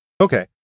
Okay